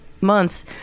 months